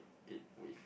eat with